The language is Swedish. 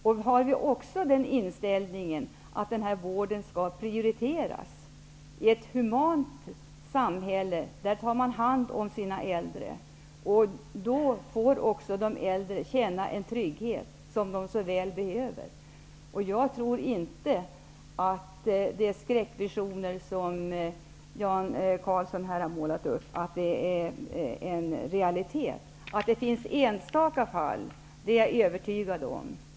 Vi har också inställningen att denna vård skall prioriteras. I ett humant samhälle tar man hand om sina äldre. Då känner också de äldre den trygghet som de så väl behöver. Jag tror inte att de skräckvisioner som Jan Karlsson här har målat upp är en realitet. Att det finns enstaka fall är jag övertygad om.